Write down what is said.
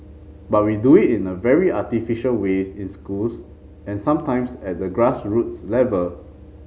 but we do it in a very artificial way in schools and sometimes at the grassroots level